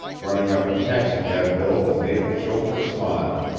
running up a taxicab bill that made the chauffeur smile.